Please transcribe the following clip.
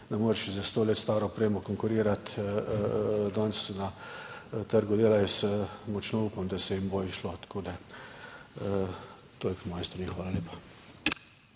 Ne moreš s sto let staro opremo konkurirati danes na trgu dela. Jaz močno upam, da se jim bo izšlo. Tako da toliko z moje strani. Hvala lepa.